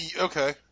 Okay